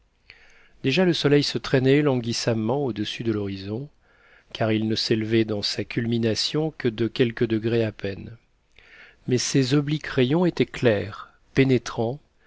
déjà le soleil se traînait languissamment au-dessus de l'horizon car il ne s'élevait dans sa culmination que de quelques degrés à peine mais ses obliques rayons étaient clairs pénétrants